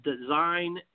design